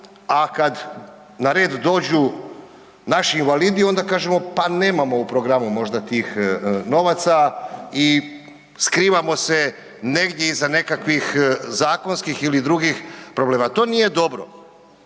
a kad na red dođu naši invalidi onda kažemo pa nemamo u programu možda tih novaca i skrivamo se negdje iza nekakvih zakonskih ili drugih problema. To nije dobro.